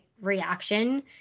reaction